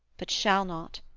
but shall not.